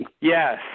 Yes